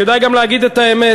כדאי גם להגיד את האמת.